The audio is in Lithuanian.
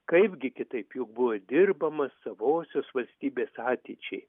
kaipgi kitaip juk buvo dirbama savosios valstybės ateičiai